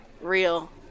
real